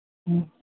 ꯎꯝ